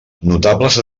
notables